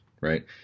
right